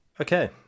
Okay